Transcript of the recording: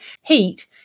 Heat